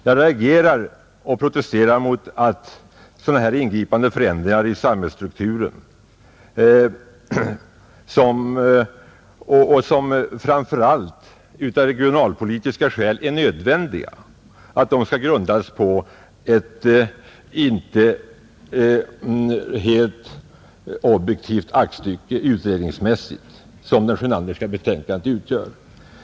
Jag reagerar och protesterar mot att sådana här ingripanden och förändringar i samhällsstrukturen, som framför allt av regionalpolitiska skäl är nödvändiga, grundas på ett utredningsmässigt undermåligt aktstycke — det Sjönanderska betänkandet.